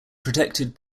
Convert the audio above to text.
protected